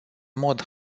mod